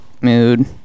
mood